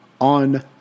on